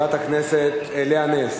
חנין.